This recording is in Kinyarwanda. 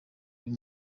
uyu